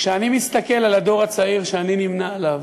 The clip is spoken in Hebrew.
כשאני מסתכל על הדור הצעיר, שאני נמנה עמו,